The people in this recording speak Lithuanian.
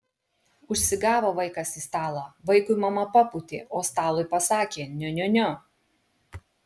užsigavo vaikas į stalą vaikui mama papūtė o stalui pasakė niu niu niu